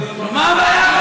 למה?